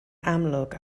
amlwg